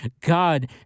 God